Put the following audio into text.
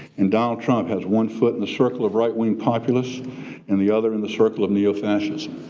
and donald trump has one foot in the circle of right-wing populist and the other in the circle of neo-fascism.